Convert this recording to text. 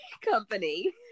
company